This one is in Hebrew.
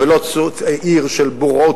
ולא עיר של בורות,